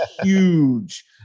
huge